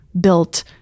built